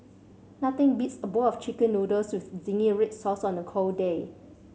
nothing beats a bowl of Chicken Noodles with zingy red sauce on a cold day